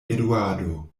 eduardo